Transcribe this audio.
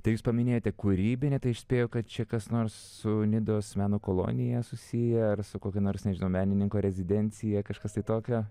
tai jūs paminėjote kūrybinę tai aš spėju kad čia kas nors su nidos meno kolonija susiję ar su kokia nors nežinau menininko rezidencija kažkas tai tokio